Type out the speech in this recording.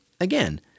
Again